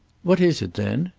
what is it then?